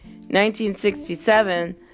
1967